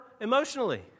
emotionally